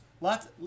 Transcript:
Lots